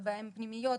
ובהן פנימיות,